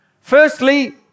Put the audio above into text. firstly